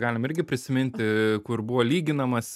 galim irgi prisiminti kur buvo lyginamas